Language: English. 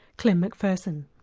klim mcpherson.